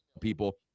people